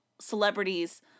celebrities